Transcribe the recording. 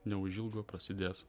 neužilgo prasidės